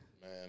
Man